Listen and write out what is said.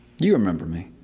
you remember me.